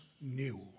new